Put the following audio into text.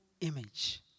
image